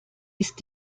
ist